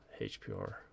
hpr